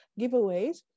giveaways